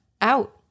out